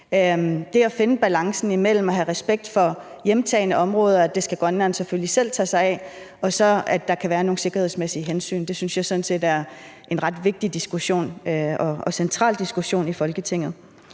Det at finde balancen imellem det at have respekt for hjemtagne områder, altså for, at Grønland selvfølgelig selv skal tage sig af det, og så det, at der kan være nogle sikkerhedsmæssige hensyn, synes jeg sådan set er en ret vigtig og central diskussion i Folketinget.